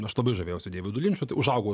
aš labai žavėjausi deividu linču užaugau